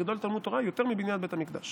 גדול תלמוד תורה יותר מבניין בית המקדש.